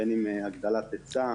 בין אם הגדלת היצע